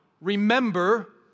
remember